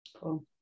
Cool